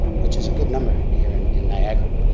which is a good number here in in niagara.